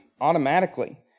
automatically